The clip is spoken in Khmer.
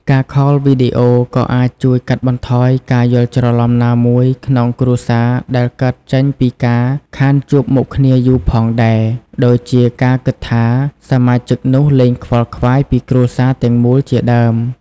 ការខលវីដេអូក៏អាចជួយកាត់បន្ថយការយល់ច្រឡំណាមួយក្នុងគ្រួសារដែលកើតចេញពីការខានជួបមុខគ្នាយូរផងដែរ ដូចជា ការគិតថា សមាជិកនោះលែងខ្វល់ខ្វាយពីគ្រួសារទាំងមូលជាដើម។